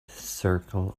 circle